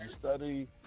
study